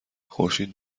خورشید